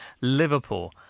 Liverpool